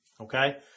Okay